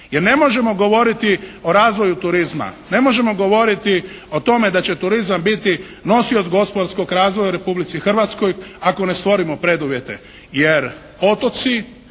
Jer ne možemo govoriti o razvoju turizma, ne možemo govoriti o tome da će turizam biti nosioc gospodarskog razvoja u Republici Hrvatskoj ako ne stvorimo preduvjete. Jer otoci